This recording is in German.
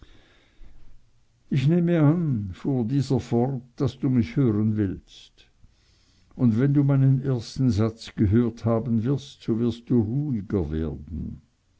ich nehme an fuhr dieser fort daß du mich hören willst und wenn du meinen ersten satz gehört haben wirst so wirst du ruhiger werden